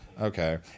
Okay